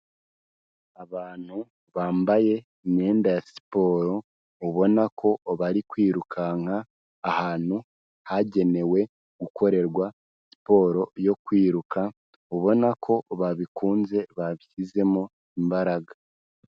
Abantu bambaye imyenda ya siporo, ubona ko bari kwirukanka ahantu hagenewe gukorerwa siporo yo kwiruka, ubona ko babikunze babishyizemo imbaraga.